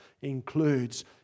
includes